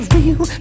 real